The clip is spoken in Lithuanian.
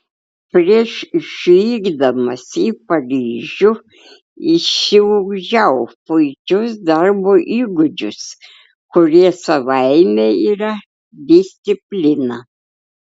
prieš išvykdamas į paryžių išsiugdžiau puikius darbo įgūdžius kurie savaime yra disciplina